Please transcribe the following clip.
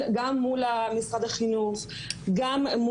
בין אם זה שיש לך חלק מהצוות בגן עובד על ידי משרד החינוך ויש גם שלטון